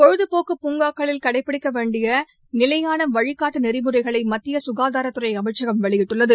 பொழுதபோக்கு பூங்காக்களில் கடைபிடிக்கப்பட வேண்டிய நிலையான வழிகாட்டு நெறிமுறைகளை மத்திய சுகாதாரத்துறை அமைச்சகம் வெளியிட்டுள்ளது